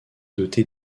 doté